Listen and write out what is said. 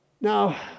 Now